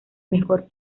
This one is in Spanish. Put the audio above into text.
mejor